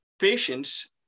patients